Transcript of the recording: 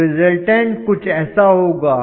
तो रिज़ल्टन्ट कुछ ऐसा होगा